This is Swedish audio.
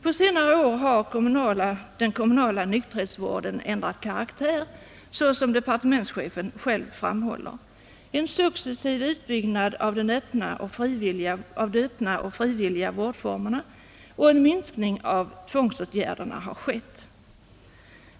På senare år har den kommunala nykterhetsvården ändrat karaktär, såsom departementschefen själv framhåller. En successiv utbyggnad av de öppna och frivilliga vårdformerna och en minskning av tvångsåtgärderna har skett.